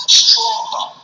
stronger